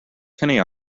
penny